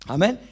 Amen